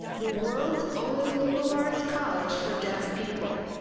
the world's only liberal arts college for deaf people.